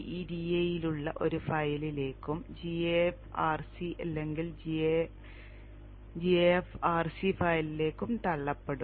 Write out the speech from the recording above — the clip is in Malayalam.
gEDA യിലുള്ള ഒരു ഫയലിലേക്കും gaf rc ഇല്ലെങ്കിൽ gaf rc ഫയലിലേക്കും തള്ളപ്പെടും